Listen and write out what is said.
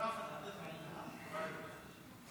אדוני היושב-ראש.